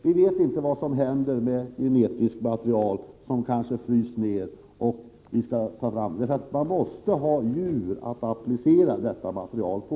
Vi vet inte vad som händer när man tar fram genetiskt material som kanske har frysts ned. Man måste ha djur att applicera detta material på.